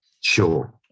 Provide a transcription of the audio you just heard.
Sure